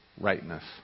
rightness